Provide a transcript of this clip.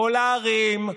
בכל הערים,